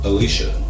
Alicia